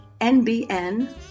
nbn